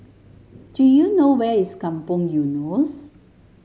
do you know where is Kampong Eunos